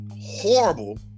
horrible